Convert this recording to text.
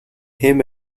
him